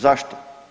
Zašto?